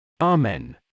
Amen